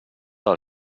del